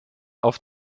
auf